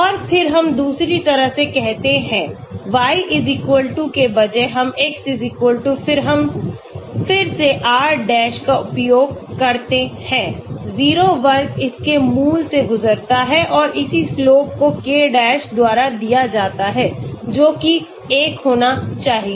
और फिर हम दूसरी तरह से करते हैं y के बजाय हम x फिर हम फिर से r डैश का उपयोग करते हैं 0 वर्ग इसके मूल से गुजरता है और इसी slope को k डैश द्वारा दिया जाता है जो कि 1 होना चाहिए